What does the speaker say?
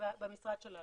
במשרד שלנו.